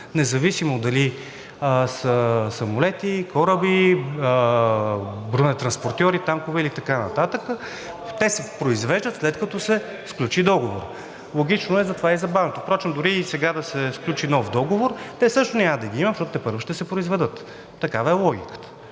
независимо дали са самолети, кораби, бронетранспортьори, танкове и т.н. Те се произвеждат, след като се сключи договор. Логично е и заради това е забавянето. Впрочем, дори и сега да се сключи нов договор, също няма да ги има, защото тепърва ще се произведат. Такава е логиката